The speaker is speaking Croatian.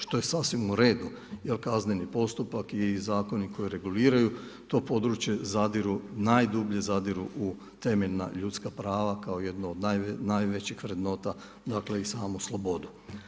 Što je sasvim u redu, jel kazneni postupak i zakoni koji reguliraju to područje zadiru najdublje u temeljna ljudska prava kao jedno od najvećih vrednota i samu slobodu.